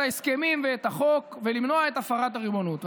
ההסכמים ואת החוק ולמנוע את הפרת הריבונות.